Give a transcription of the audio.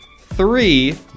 Three